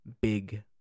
Big